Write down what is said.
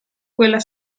quella